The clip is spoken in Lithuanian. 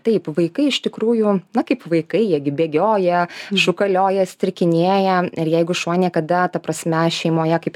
taip vaikai iš tikrųjų na kaip vaikai jie gi bėgioja šūkalioja strikinėja ir jeigu šuo niekada ta prasme šeimoje kaip